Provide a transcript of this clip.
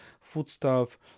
foodstuff